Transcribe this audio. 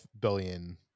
billion